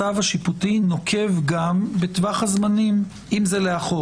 הצו השיפוטי נוקב גם בטווח הזמנים אם זה לאחור?